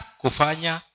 kufanya